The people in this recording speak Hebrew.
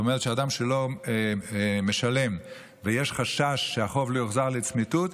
זאת אומרת אדם שלא משלם ויש חשש שהחוב לא יוחזר לצמיתות,